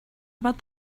about